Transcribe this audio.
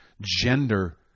gender